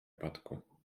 wypadku